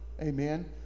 Amen